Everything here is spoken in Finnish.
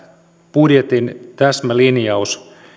budjetin täsmälinjaus